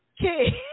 Okay